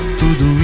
tudo